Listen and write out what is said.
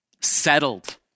settled